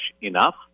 enough